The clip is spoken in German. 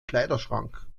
kleiderschrank